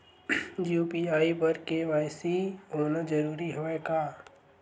UPI बर KYC होना जरूरी हवय का?